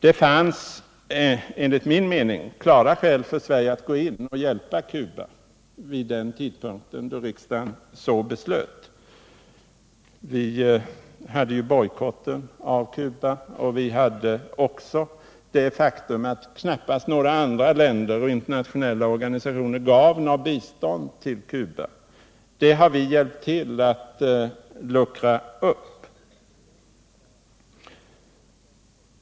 Det fanns enligt min mening klara skäl för Sverige att gå in och hjälpa Cuba vid den tidpunkt då riksdagen så beslöt. Cuba bojkottades ju då, och det är ett faktum att knappast några andra länder eller internationella organisationer gav något bistånd till Cuba vid denna tidpunkt. Denna inställning har vi hjälpt till att luckra upp.